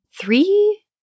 three